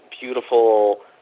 beautiful